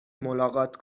ملاقات